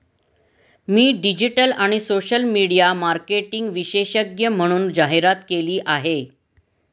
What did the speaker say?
मी digital आणि social media marketing विशेषज्ञ म्हणून जाहिरात केली आहे